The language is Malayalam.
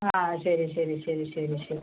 ആ ശരി ശരി ശരി ശരി ശരി